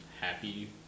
happy